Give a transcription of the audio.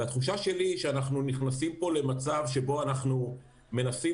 התחושה שלי היא שאנחנו נכנסים כאן למצב שאנחנו מנסים